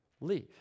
leave